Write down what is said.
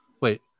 Wait